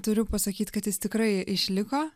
turiu pasakyt kad jis tikrai išliko